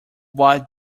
what